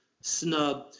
snub